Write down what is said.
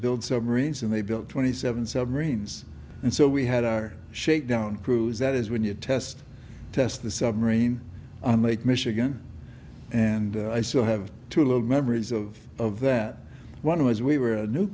build submarines and they built twenty seven submarines and so we had our shakedown cruise that is when you test test the submarine on lake michigan and i still have to load memories of of that one as we were a new